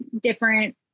different